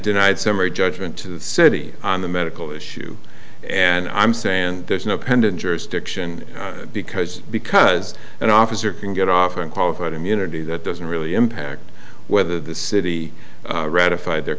denied summary judgment to the city on the medical issue and i'm saying there's no pendent jurisdiction because because an officer can get off and qualified immunity that doesn't really impact whether the city ratified their